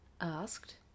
Asked